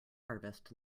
harvest